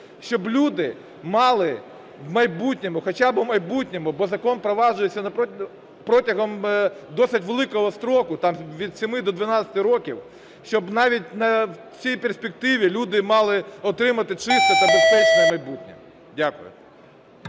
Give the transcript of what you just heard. щоб люди мали у майбутньому, хоча б у майбутньому, бо закон впроваджується протягом досить великого строку, там від 7 до 12 років, щоб навіть у цій перспективі люди мали отримати чисте та безпечне майбутнє. Дякую.